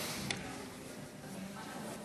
35. הודעת הממשלה התקבלה.